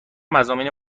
مضامین